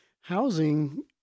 housing